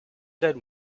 telle